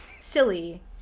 silly